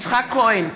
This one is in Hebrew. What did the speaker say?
יצחק כהן,